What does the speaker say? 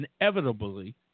inevitably